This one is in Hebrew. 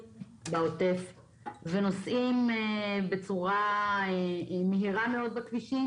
נוסעים בצורה מהירה מאוד בכבישים